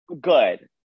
good